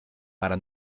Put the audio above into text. para